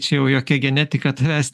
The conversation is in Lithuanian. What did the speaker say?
čia jau jokia genetika tavęs